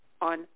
on